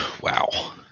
Wow